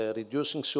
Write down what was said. reducing